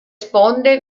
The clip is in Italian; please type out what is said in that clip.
sponde